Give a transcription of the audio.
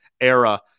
era